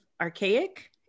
archaic